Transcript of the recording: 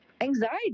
Anxiety